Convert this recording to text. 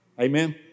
Amen